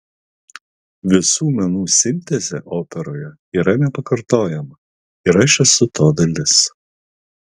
visų menų sintezė operoje yra nepakartojama ir aš esu to dalis